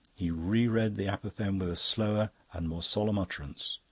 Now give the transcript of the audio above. he re-read the apophthegm with a slower and more solemn utterance.